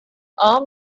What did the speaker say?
all